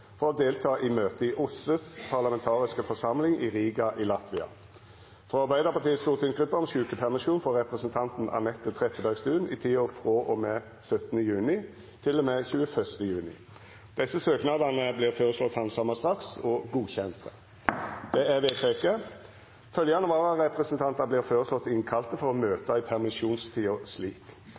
for å delta i møte i OSSEs parlamentariske forsamling i Riga i Latvia frå Arbeiderpartiets stortingsgruppe om sjukepermisjon for representanten Anette Trettebergstuen i tida frå og med 17. juni til og med 21. juni Etter forslag frå presidenten vart samrøystes vedteke: Søknadene vert handsama straks og innvilga. Følgjande vararepresentantar vert innkalla for å møta i permisjonstida: